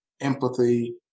empathy